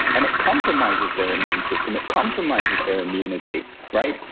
and it compromises their immune system, it compromises their immunity right?